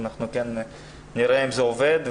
אנחנו כן נראה אם זה עובד,